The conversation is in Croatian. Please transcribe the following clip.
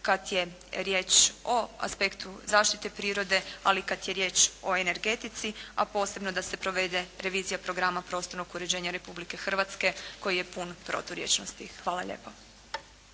kada je riječ o aspektu zaštite prirode, ali kad je riječ i o energetici, a posebno da se provede revizija Programa prostornog uređenja Republike Hrvatske koji je pun proturječnosti. Hvala lijepo.